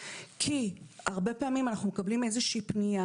כי הרבה פעמים אנחנו מקבלים איזושהי פנייה